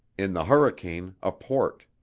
in the hurricane a port.